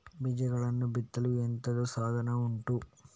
ಬೀಜಗಳನ್ನು ಬಿತ್ತಲು ಎಂತದು ಸಾಧನ ಉಂಟು?